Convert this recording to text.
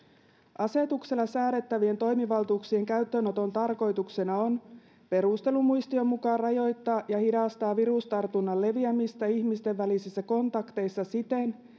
asetuksella säädettävien toimivaltuuksien käyttöönoton tarkoituksena on perustelumuistion mukaan rajoittaa ja hidastaa virustartunnan leviämistä ihmisten välisissä kontakteissa siten